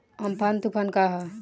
Amphan तुफान का ह?